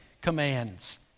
commands